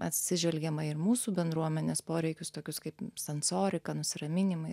atsižvelgiama ir į mūsų bendruomenės poreikius tokius kaip sensorika nusiraminimai